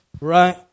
Right